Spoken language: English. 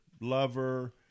lover